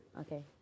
Okay